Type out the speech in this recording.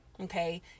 Okay